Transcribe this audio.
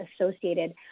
associated